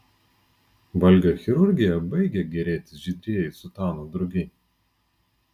valgio chirurgija baigė gėrėtis žydrieji sutanų drugiai